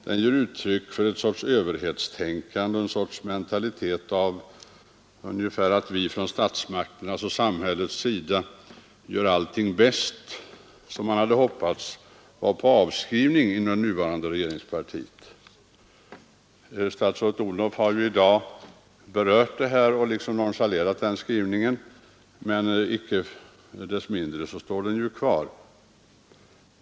Den ger uttryck för en sorts överhetstänkande och en sorts mentalitet av ungefär det slaget att ”vi från statsmaktens och samhällets sida gör allting bäst” som man hade hoppats var på avskrivning inom det nuvarande regeringspartiet. Statsrådet Odhnoff har i dag berört den här frågan och nonchalerat den skrivningen, men icke desto mindre står den kvar.